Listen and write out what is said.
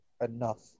enough